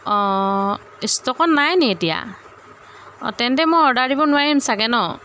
অঁ ষ্টকত নাই নি এতিয়া অঁ তেন্তে মই অৰ্ডাৰ দিব নোৱাৰিম চাগে ন